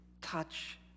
touch